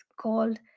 called